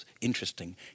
interesting